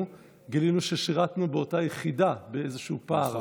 גילינו ששירתנו באותה יחידה באיזשהו פער,